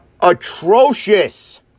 atrocious